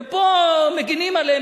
ופה מגינים עליהם,